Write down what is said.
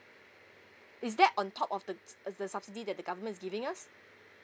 is that on top of the uh the subsidy that the government is giving us